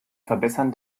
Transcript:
verbessern